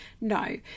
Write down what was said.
No